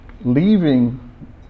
leaving